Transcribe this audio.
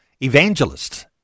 evangelists